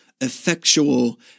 effectual